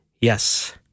Yes